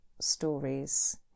stories